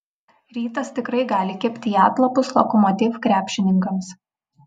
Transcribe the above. rytas tikrai gali kibti į atlapus lokomotiv krepšininkams